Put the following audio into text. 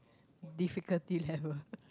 difficulty level